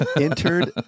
entered